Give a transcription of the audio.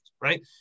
right